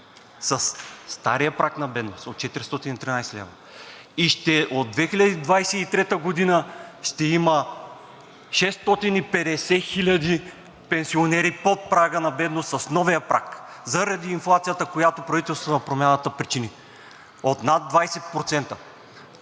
стария праг на бедност, от 413 лв. И от 2023 г. ще има 650 хиляди пенсионери под прага на бедност с новия праг заради инфлацията, която правителството на Промяната причини от над 20%.